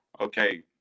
okay